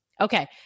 Okay